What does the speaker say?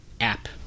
app